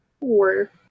Four